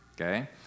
okay